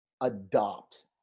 adopt